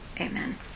amen